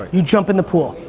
ah you jump in the pool.